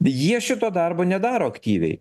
jie šito darbo nedaro aktyviai